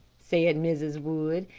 said mrs. wood.